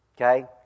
Okay